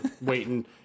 waiting